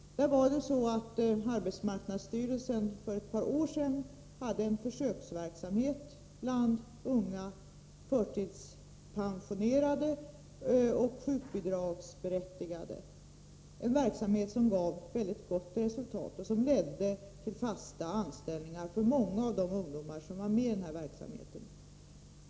Arbetsmarknadsstyrelsen hade för ett par år sedan en försöksverksamhet bland unga förtidspensionerade och sjukbidragsberättigade. Den verksamheten gav väldigt gott resultat, och den ledde till att många av de ungdomar som deltog fick fast arbete.